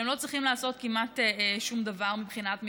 שהם לא צריכים לעשות כמעט שום דבר מבחינת מימון.